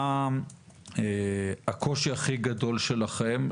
של בקרי הגבול לעמוד במשימה החשובה הזאת,